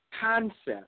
concept